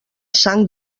sang